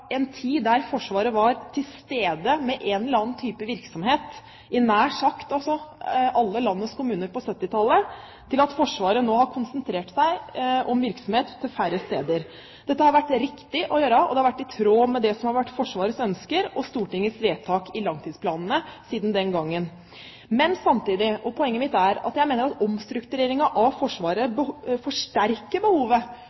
en tid da Forsvaret var til stede med en eller annen type virksomhet i nær sagt alle landets kommuner på 1970-tallet, til at Forsvaret nå konsentrerer sin virksomhet til færre steder. Dette har det vært riktig å gjøre, og det har vært i tråd med det som har vært Forsvarets ønsker og Stortingets vedtak i forbindelse med langtidsplanene siden den gangen. Samtidig mener jeg at omstruktureringen av Forsvaret forsterker behovet for allmenn verneplikt og forsterker behovet for at